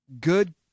good